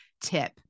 tip